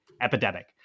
epidemic